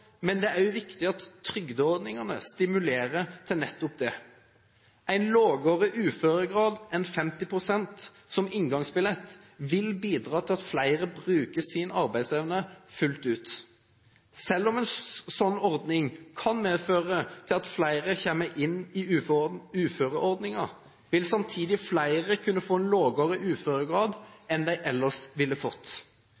men det er også viktig at trygdeordningene stimulerer til nettopp det. En lavere uføregrad enn 50 pst. som inngangsbillett vil bidra til at flere bruker sin arbeidsevne fullt ut. Selv om en slik ordning kan medføre at flere kommer inn i uføreordningen, vil samtidig flere kunne få en lavere uføregrad